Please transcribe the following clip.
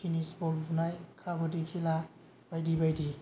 tennis ball बुनाय काबादि खेला बायदि बायदि